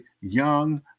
young